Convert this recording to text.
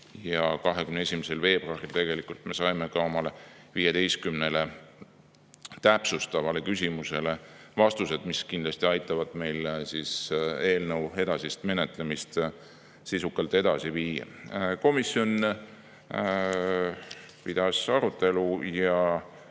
21. veebruaril tegelikult me saime ka oma 15 täpsustavale küsimusele vastused, mis kindlasti aitavad meil eelnõu edasist menetlemist sisukalt edasi viia. Komisjon pidas arutelu ja